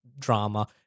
drama